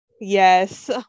yes